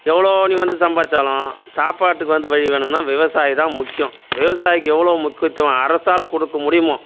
எவ்வளோ நீ வந்து சம்பாதிச்சாலும் சாப்பாட்டுக்கு வந்து வழி வேணும்னால் விவசாயி தான் முக்கியம் விவசாயிக்கு எவ்வளோ முக்கியத்துவம் அரசால் கொடுக்க முடியுமோ